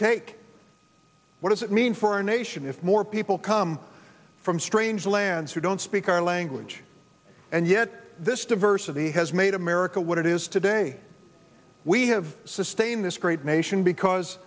take what does it mean for a nation if more people come from strange lands who don't speak our language and yet this diversity has made america what it is today we have sustained this great nation because